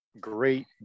great